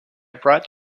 brought